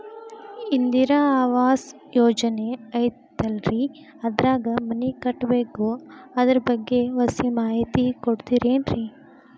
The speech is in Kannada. ಇಂದಿರಾ ಆವಾಸ ಯೋಜನೆ ಐತೇಲ್ರಿ ಅದ್ರಾಗ ಮನಿ ಕಟ್ಬೇಕು ಅದರ ಬಗ್ಗೆ ಒಸಿ ಮಾಹಿತಿ ಕೊಡ್ತೇರೆನ್ರಿ?